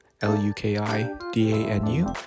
L-U-K-I-D-A-N-U